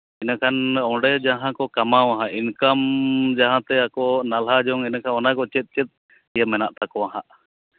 ᱤᱱᱟᱹ ᱠᱷᱟᱱ ᱚᱸᱰᱮ ᱡᱟᱦᱟᱸ ᱠᱚ ᱠᱟᱢᱟᱣᱟ ᱤᱱᱠᱟᱢ ᱡᱟᱦᱟᱸ ᱛᱮ ᱟᱠᱚ ᱱᱟᱞᱦᱟ ᱡᱚᱝ ᱮᱸᱰᱮᱠᱷᱟᱱ ᱚᱱᱟ ᱠᱚ ᱪᱮᱫ ᱪᱮᱫ ᱤᱭᱟᱹ ᱢᱮᱱᱟᱜ ᱛᱟᱠᱚᱣᱟ ᱦᱟᱸᱜ